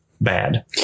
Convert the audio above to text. bad